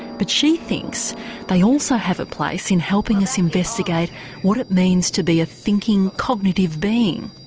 but she thinks they also have a place in helping us investigate what it means to be a thinking, cognitive being.